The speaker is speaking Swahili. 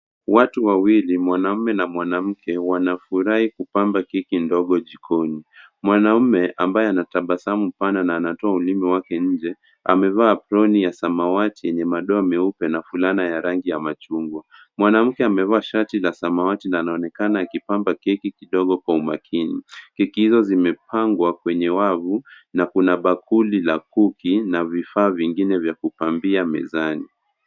Watu wawili, mwanaume na mwanamke, wanafurahia kupamba keki ndogo jikoni. Mwanaume amevaa apron ya samawati yenye madwame meupe na fulana ya rangi ya machungwa. Mwanamke amevaa shati la samawati na anaonekana akipamba keki ndogo kwenye tray. Keki imewekwa kwenye wavu, na kando kuna bakuli la kuki na vyombo vingine vya kupamba.